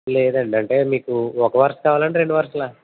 లేదండి అంటే మీకు ఒక వరుస కావాలా లేదా రెండు వరుసల